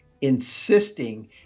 insisting